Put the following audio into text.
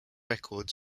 records